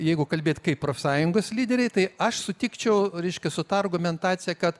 jeigu kalbėt kaip profsąjungos lyderiai tai aš sutikčiau reiškia su ta argumentacija kad